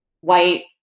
white